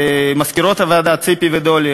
מזכירות הוועדה ציפי ודולי,